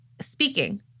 speaking